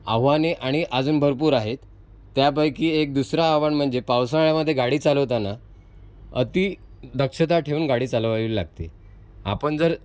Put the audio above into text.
आव्हाने आणि आजून भरपूर आहेत त्यापैकी एक दुसरं आव्हान म्हणजे पावसाळ्यामध्ये गाडी चालवताना अतिदक्षता ठेऊन गाडी चालवावी लागते आपण जर